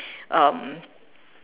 um